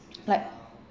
like